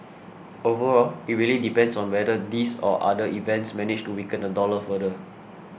overall it really depends on whether these or other events manage to weaken the dollar further